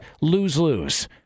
lose-lose